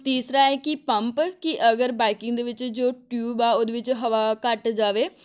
ਤੀਸਰਾ ਏ ਕਿ ਪੰਪ ਕਿ ਅਗਰ ਬਾਈਕਿੰਗ ਦੇ ਵਿੱਚ ਜੋ ਟਿਊਬ ਆ ਉਹਦੇ ਵਿੱਚ ਹਵਾ ਘੱਟ ਜਾਵੇ